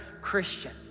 Christian